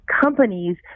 companies